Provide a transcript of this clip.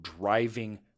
driving